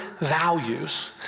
values